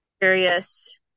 various